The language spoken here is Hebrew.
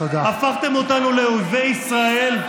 הפכתם אותנו לאויבי ישראל.